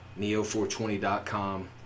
Neo420.com